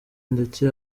ndetse